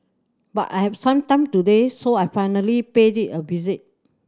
but I have some time today so I finally paid it a visit